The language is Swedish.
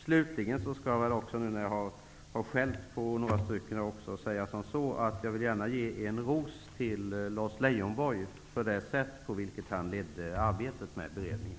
Slutligen skall jag också, när jag har skällt på några, säga att jag gärna vill ge en ros till Lars Leijonborg för det sätt på vilket han ledde arbetet med beredningen.